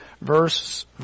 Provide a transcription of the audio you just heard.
Verse